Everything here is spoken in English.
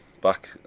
back